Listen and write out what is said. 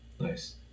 Nice